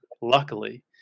luckily